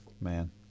Man